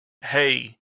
hey